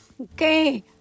Okay